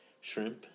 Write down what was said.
shrimp